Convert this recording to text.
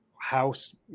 house